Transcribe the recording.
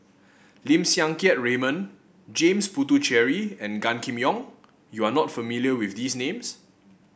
Lim Siang Keat Raymond James Puthucheary and Gan Kim Yong You are not familiar with these names